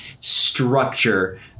structure